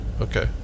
Okay